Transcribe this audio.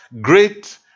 great